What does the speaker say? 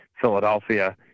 Philadelphia